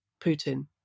Putin